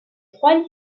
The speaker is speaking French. trois